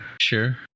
Sure